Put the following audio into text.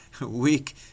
weak